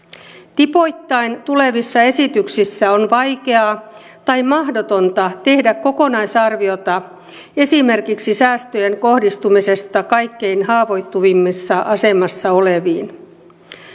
tipoittain tulevissa esityksissä on vaikeaa tai mahdotonta tehdä kokonaisarviota esimerkiksi säästöjen kohdistumisesta kaikkein haavoittuvimmassa asemassa oleviin